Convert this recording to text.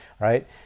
Right